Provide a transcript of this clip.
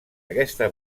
aquesta